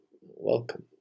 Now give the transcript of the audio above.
Welcome